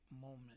Moment